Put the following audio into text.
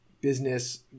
business